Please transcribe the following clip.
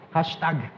Hashtag